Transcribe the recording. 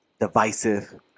divisive